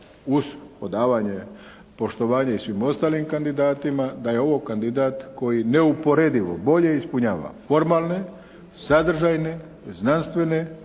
uz odavanje poštovanja i svim ostalim kandidatima da je ovo kandidat koji neuporedivo bolje ispunjava formalne, sadržajne, znanstvene,